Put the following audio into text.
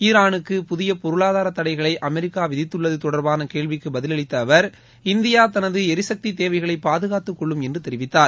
ஈராலுக்கு புதிய பொருளாதாரத் தடைகளை அமெரிக்கா விதித்துள்ளது தொடர்பான கேள்விக்கு பதிலளித்த அவர் இந்தியா தனது ளரிசக்தி தேவைகளை பாதுகாத்துக் கொள்ளும் என்று தெரிவித்தார்